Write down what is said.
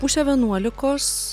pusę vienuolikos